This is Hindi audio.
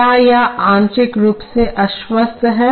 क्या यह आंशिक रूप से आश्वस्त है